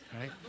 right